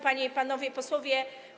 Panie i Panowie Posłowie!